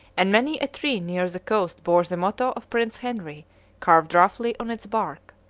and many a tree near the coast bore the motto of prince henry carved roughly on its bark.